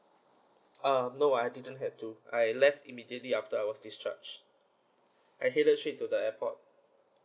um no I didn't had to I left immediately after I was discharged I headed straight to the airport